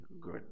good